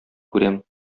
күрәм